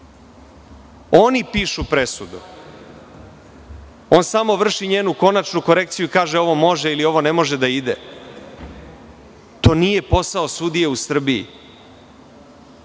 Oni pišu presudu. On samo vrši njenu konačnu korekciju i kaže ovo može ili ovo ne može da ide. To nije posao sudije u Srbiji. Po